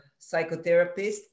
psychotherapist